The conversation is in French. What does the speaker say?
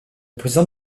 président